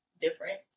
different